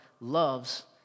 loves